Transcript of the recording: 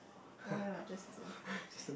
why not just to